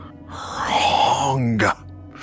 wrong